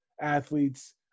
athletes